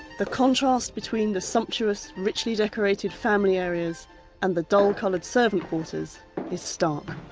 the contrast between the sumptuous, richly decorated family areas and the dull-coloured servants quarters is stark.